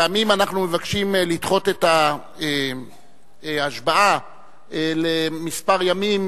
פעמים אנו מבקשים לדחות את ההשבעה לכמה ימים,